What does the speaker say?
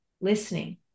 listening